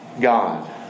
God